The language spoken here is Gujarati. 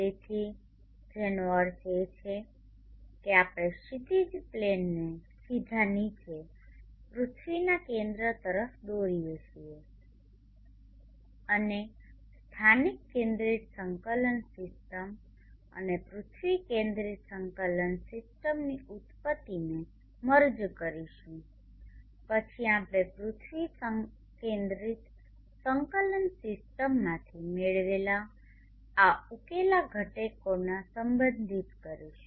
તેથી જેનો અર્થ છે કે આપણે ક્ષિતિજ પ્લેનને સીધા નીચે પૃથ્વીના આ કેન્દ્ર તરફ દોરીએ છીએ અને સ્થાનિક કેન્દ્રિત સંકલન સીસ્ટમ અને પૃથ્વી કેન્દ્રિત સંકલન સિસ્ટમની ઉત્પત્તિને મર્જ કરીશું પછી આપણે પૃથ્વી કેન્દ્રિત સંકલન સીસ્ટમમાંથી મેળવેલા આ ઉકેલા ઘટકોને સંબંધિત કરીશું